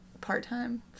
part-time